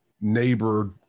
neighbor